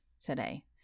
today